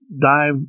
dive